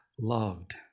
loved